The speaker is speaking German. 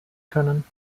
können